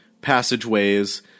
passageways